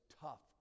tough